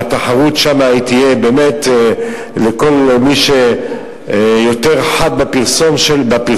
שהתחרות שם תהיה באמת לכל מי שיותר חד בפרסומת,